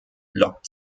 lockt